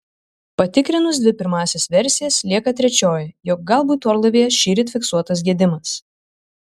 patikrinus dvi pirmąsias versijas lieka trečioji jog galbūt orlaivyje šįryt fiksuotas gedimas